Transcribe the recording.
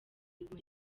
kumenya